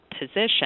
position